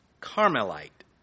Carmelite